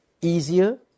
easier